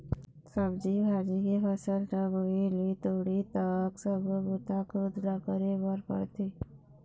सब्जी भाजी के फसल ल बोए ले तोड़े तक सब्बो बूता खुद ल करे बर परथे